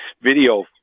video